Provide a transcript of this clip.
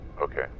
Okay